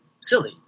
silly